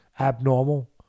Abnormal